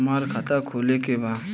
हमार खाता खोले के बा?